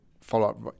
follow-up